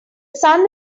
sun